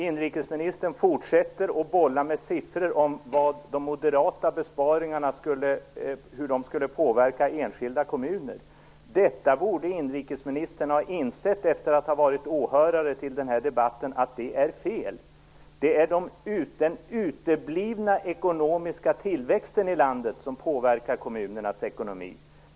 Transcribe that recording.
Inrikesministern fortsätter att bolla med siffror om hur de moderata besparingarna skulle påverka enskilda kommuner. Efter att ha varit åhörare till den här debatten borde inrikesministern ha insett att det är fel. Det är den uteblivna ekonomiska tillväxten i landet som påverkar kommunernas ekonomi.